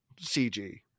cg